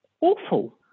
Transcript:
awful